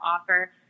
offer